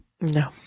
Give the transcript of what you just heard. no